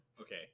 okay